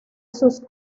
sus